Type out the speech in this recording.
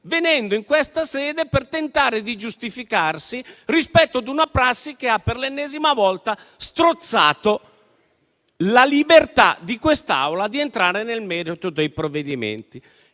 venendo in questa sede per tentare di giustificarsi rispetto ad una prassi che ha, per l'ennesima volta, strozzato la libertà di quest'Assemblea di entrare nel merito dei provvedimenti.